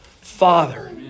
Father